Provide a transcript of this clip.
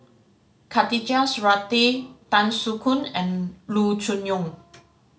Khatijah Surattee Tan Soo Khoon and Loo Choon Yong